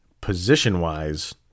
position-wise